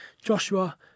Joshua